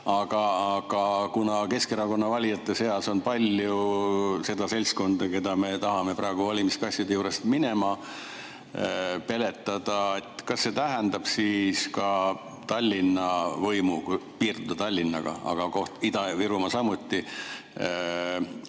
Aga kuna Keskerakonna valijate seas on palju seda seltskonda, keda me tahame praegu valimiskastide juurest minema peletada, kas see tähendab siis ka Tallinna võimu – kui piirduda Tallinnaga, ehkki Ida-Virumaa